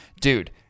Dude